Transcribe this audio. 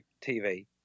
tv